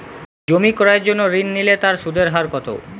জমি ক্রয়ের জন্য ঋণ নিলে তার সুদের হার কতো?